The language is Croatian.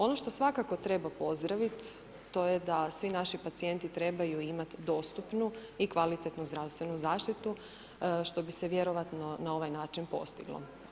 Ono što svakako treba pozdravit to je da svi naši pacijenti trebaju imat dostupnu i kvalitetnu zdravstvenu zaštitu što bi se vjerojatno na ovaj način postiglo.